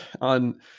On